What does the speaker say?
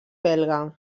belga